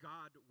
God